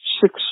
six